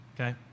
Okay